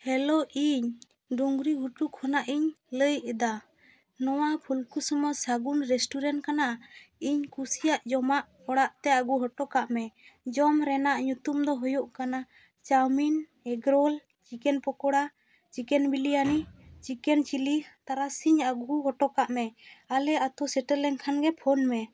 hello ᱤᱧ ᱰᱩᱜᱽᱨᱤ ᱜᱷᱩᱴᱩ ᱠᱷᱚᱱᱟᱜ ᱤᱧ ᱞᱟᱹᱭᱮᱫᱟ ᱱᱚᱣᱟ ᱯᱷᱩᱞᱠᱩᱥᱢᱟᱹ ᱥᱟᱹᱜᱩᱱ ᱨᱮᱥᱴᱚᱨᱮᱱᱴ ᱠᱷᱚᱱᱟᱜ ᱤᱧ ᱠᱩᱥᱤᱭᱟᱜ ᱡᱚᱢᱟ ᱚᱲᱟᱜ ᱛᱮ ᱟᱹᱜᱩ ᱦᱚᱴᱚ ᱠᱟᱜ ᱢᱮ ᱡᱚᱢ ᱨᱮᱱᱟᱜ ᱧᱩᱛᱩᱢ ᱫᱚ ᱦᱩᱭᱩᱜ ᱠᱟᱱᱟ chowmein egg roll chicken pakora chicken biryani chicken chilli ᱛᱟᱨᱟᱥᱤᱧ ᱟᱹᱜᱩ ᱦᱚᱴᱚ ᱠᱟᱜ ᱢᱮ ᱟᱞᱮ ᱟᱛᱳ ᱥᱮᱴᱮᱨ ᱞᱮᱱ ᱠᱷᱟᱱ ᱜᱮ ᱯᱷᱚᱱ ᱢᱮ